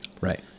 Right